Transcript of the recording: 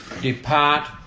depart